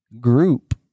group